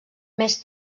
més